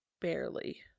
barely